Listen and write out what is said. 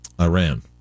Iran